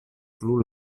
plu